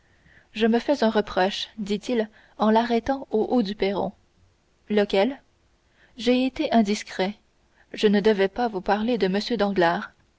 je me fais un reproche dit-il en l'arrêtant au haut du perron lequel j'ai été indiscret je ne devais pas vous parler de m danglars